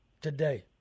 today